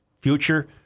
Future